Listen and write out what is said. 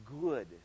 Good